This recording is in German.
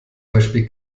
beispiel